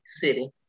city